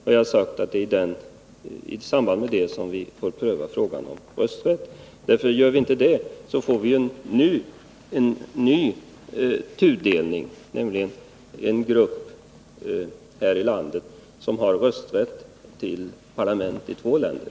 Jag har sagt att det är i det sammanhanget som vi får pröva frågan om rösträtt. Gör vi inte det, får vi en ny tudelning, nämligen en grupp här i landet som har rösträtt vid parlamenten i två länder.